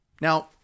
Now